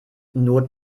not